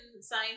sign